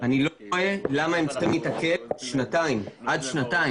אני לא מבין למה הם צריכים להתעכב עד שנתיים.